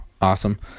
awesome